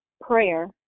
prayer